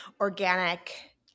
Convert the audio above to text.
Organic